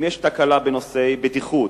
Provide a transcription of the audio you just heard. אם יש תקלה בנושאי בטיחות,